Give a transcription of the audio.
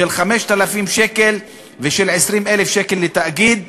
של 5,000 שקלים ושל 20,000 לתאגיד.